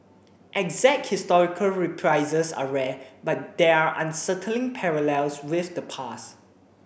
exact historical reprises are rare but they're unsettling parallels with the past